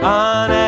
on